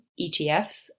etfs